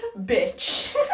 bitch